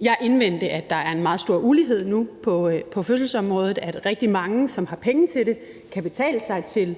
det, indvendte jeg, at der nu er en meget stor ulighed på fødselsområdet, og at rigtig mange af dem, som har penge til det, kan betale sig til